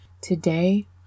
today